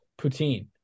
Poutine